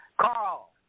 Carl